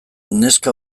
neska